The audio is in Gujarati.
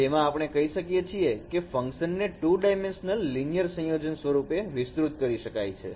જેમાં આપણે કહી શકીએ છીએ કે ફંકશન ને 2 ડાયમેન્શનલ લિનિયર સંયોજન સ્વરૂપે વિસ્તૃત કરી શકાય છે